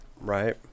Right